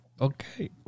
Okay